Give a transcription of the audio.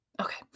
Okay